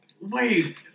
wait